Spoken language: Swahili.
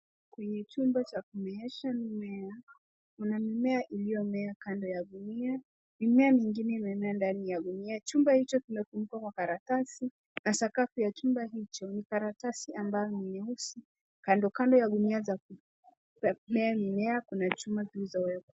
Kwenye chumba cha kumeesha mimea, kuna mimea iliyo mea kando ya gunia, mimea mingine imemea ndani ya gunia, chumba hicho kimefunikwa kwa karatasi na sakafu ya chumba hicho ni karatasi ambayo ni meusi. Kando kando ya gunia za kumea mimea kuna chuma zilizoekwa.